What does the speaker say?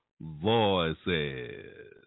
voices